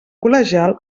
col·legial